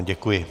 Děkuji.